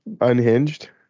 Unhinged